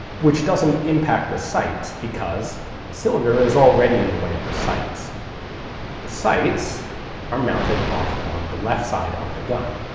which doesn't impact the sights because the cylinder is already in the way of the sights the sights are mounted off on the left side of the gun,